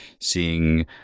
seeing